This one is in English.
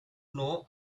know